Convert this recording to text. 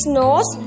nose